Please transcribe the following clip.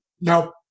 No